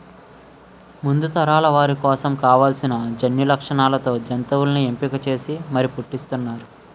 ముందు తరాల వారి కోసం కావాల్సిన జన్యులక్షణాలతో జంతువుల్ని ఎంపిక చేసి మరీ పుట్టిస్తున్నారు